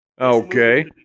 Okay